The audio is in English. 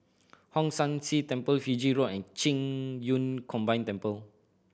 Hong San See Temple Fiji Road and Qing Yun Combined Temple